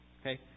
Okay